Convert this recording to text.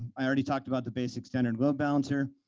i already talked about the basic standard load balancer.